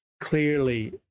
Clearly